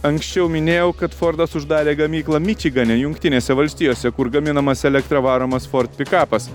anksčiau minėjau kad fordas uždarė gamyklą mičigane jungtinėse valstijose kur gaminamas elektra varomas ford pikapas